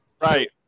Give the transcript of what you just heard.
Right